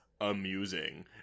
amusing